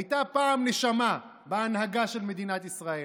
הייתה פעם נשמה בהנהגה של מדינת ישראל,